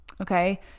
Okay